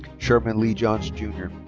sherman lee johns jr.